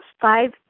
five